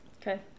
Okay